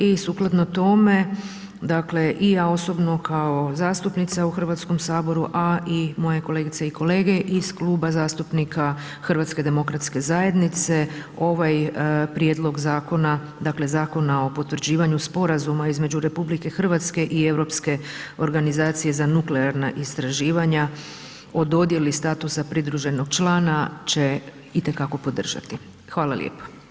I sukladno tome, dakle i ja osobno kao zastupnica u Hrvatskom saboru a i moje kolegice i kolege iz Kluba zastupnika HDZ-a, ovaj prijedlog zakona dakle Zakona o potvrđivanju sporazuma između RH i Europske organizacije za nuklearna istraživanja o dodjeli statusa pridruženog člana će itekako podržati, hvala lijepa.